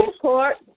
Court